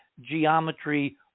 geometry